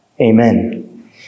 amen